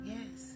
Yes